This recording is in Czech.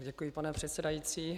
Děkuji, pane předsedající.